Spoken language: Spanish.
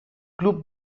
club